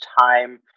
time